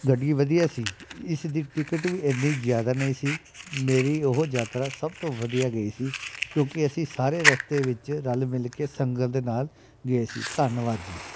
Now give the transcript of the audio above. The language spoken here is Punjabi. ਗੱਡੀ ਵਧੀਆ ਸੀ ਇਸ ਦੀ ਟਿਕਟ ਵੀ ਇੰਨੀ ਜ਼ਿਆਦਾ ਨਹੀਂ ਸੀ ਮੇਰੀ ਉਹ ਯਾਤਰਾ ਸਭ ਤੋਂ ਵਧੀਆ ਗਈ ਸੀ ਕਿਉਂਕਿ ਅਸੀਂ ਸਾਰੇ ਰਸਤੇ ਵਿੱਚ ਰਲ਼ ਮਿਲ ਕੇ ਸੰਗਤ ਦੇ ਨਾਲ਼ ਗਏ ਸੀ ਧੰਨਵਾਦ ਜੀ